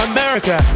America